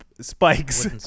Spikes